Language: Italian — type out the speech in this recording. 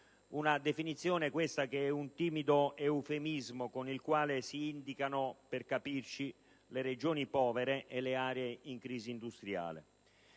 (una definizione, questa, che è un timido eufemismo con il quale si indicano in sostanza le Regioni povere e le aree in crisi industriale).